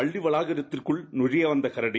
பள்ளிவளாகத்திற்குள் நழையவந்தகரடி